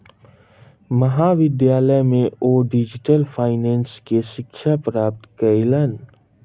महाविद्यालय में ओ डिजिटल फाइनेंस के शिक्षा प्राप्त कयलैन